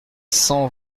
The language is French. cent